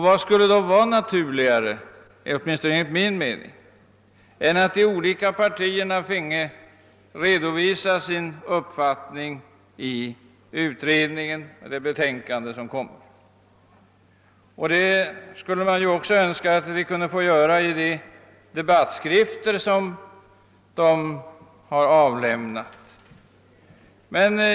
Vad skulle då, åtminstone är det min mening, vara naturligare än att de olika partierna finge redovisa sin uppfattning i det betänkande som utredningen kommer att framlägga? Man skulle önska att de kunnat få göra det också i de debattskrifter som publicerats.